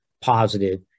positive